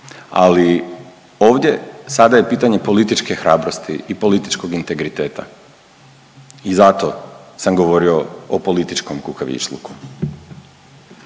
ali ovdje sada je pitanje političke hrabrosti i političkog integriteta i zato sam govorio o političkom kukavičluku.